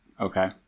Okay